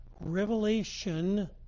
revelation